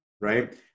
right